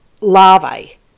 larvae